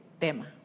tema